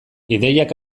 ideiak